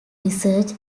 research